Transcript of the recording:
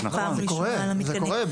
נראה לי